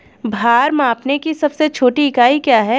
भार मापने की सबसे छोटी इकाई क्या है?